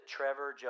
Trevor